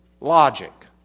Logic